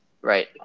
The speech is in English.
Right